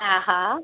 हा हा